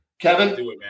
Kevin